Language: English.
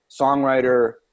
songwriter